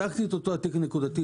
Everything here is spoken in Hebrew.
בדקתי את אותו התיק נקודתית,